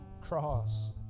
cross